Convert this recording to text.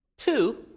Two